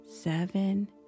seven